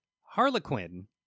Harlequin